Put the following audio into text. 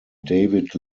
david